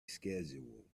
schedule